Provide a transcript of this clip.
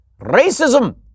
Racism